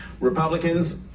Republicans